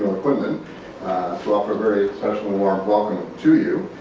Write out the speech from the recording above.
quinlan, to offer a very special warm welcome to you.